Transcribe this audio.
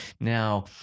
now